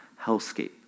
hellscape